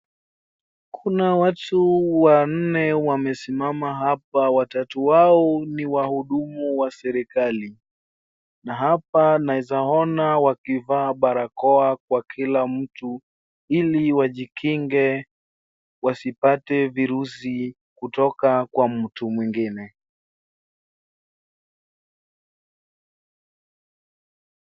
Kuna watu wanne wamesimama hapa, watatu wao ni wahudumu wa serikali na hapa naeza ona wakivaa barakoa kwa kila mtu ili wajikinge wasipate virusi kutoka kwa mtu mwingine.